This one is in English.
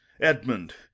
Edmund